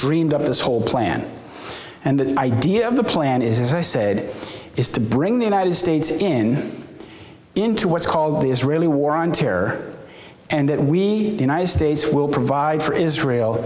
dreamed up this whole plan and the idea of the plan is as i said it is to bring the united states in into what's called the israeli war on terror and that we the united states will provide for israel